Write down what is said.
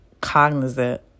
cognizant